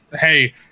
hey